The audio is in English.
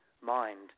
mind